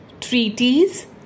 treaties